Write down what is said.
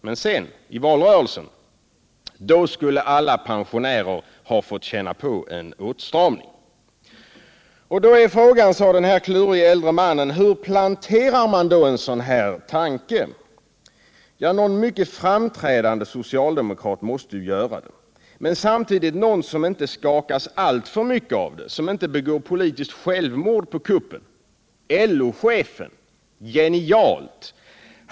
Men sedan, i valrörelsen — då skulle alla pensionärer ha fått känna på en åtstramning. Då är frågan, sade den här klurige äldre mannen: Hur planterar man en sådan här tanke? Ja, någon mycket framträdande socialdemokrat måste göra det. Men samtidigt någon som inte skakas alltför mycket av det, som inte begår politiskt självmord på kuppen. LO-chefen — genialt.